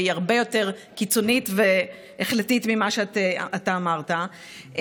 והיא הרבה יותר קיצונית והחלטית ממה שאתה אמרת.